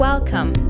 Welcome